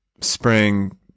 spring